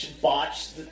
botched